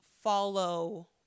follow